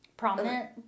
Prominent